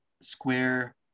square